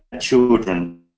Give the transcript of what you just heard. children